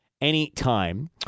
anytime